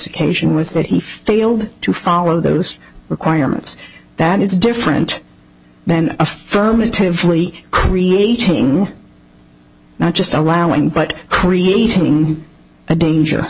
occasion was that he failed to follow those requirements that is different then affirmatively creating not just allowing but creating a danger